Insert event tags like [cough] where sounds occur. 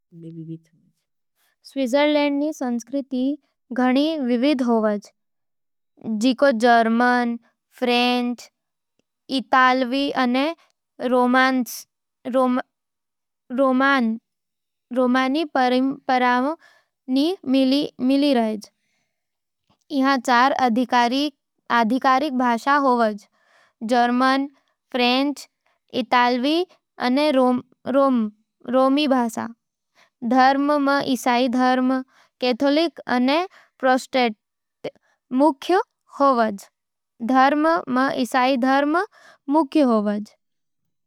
स्विट्ज़रलैंड रो संस्कृति घणी विविध होवे, जिको जर्मन, फ्रेंच, इतालवी अने रोमांश [hesitation] परंपरावां रो मेल मिले। इहाँ चार आधिकारिक भाषावां होवे—जर्मन, फ्रेंच, इतालवी अने रोम। धर्म में ईसाई धर्म कैथोलिक अने प्रोटेस्टेंट मुख्य होवे। धर्म माँ इस्साई धर्म मुख्य होवज।